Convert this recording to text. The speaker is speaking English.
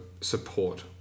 support